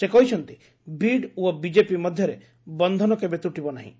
ସେ କହିଛନ୍ତି ବିଡ୍ ଓ ବିଜେପି ମଧ୍ୟରେ ବନ୍ଧନ କେବେ ତୂଟିବ ନାହିଁ